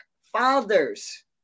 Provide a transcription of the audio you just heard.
fathers